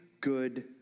good